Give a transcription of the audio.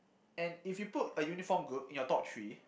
and if you put a uniform group in your top three